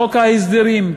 חוק ההסדרים,